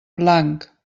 blanc